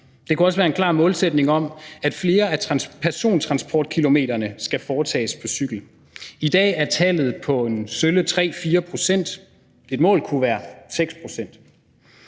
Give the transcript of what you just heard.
Det kunne også være en klar målsætning om, at flere af persontransportkilometerne skal foretages på cykel. I dag er tallet på sølle 3-4 pct. – et mål kunne være 6 pct.